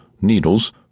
needles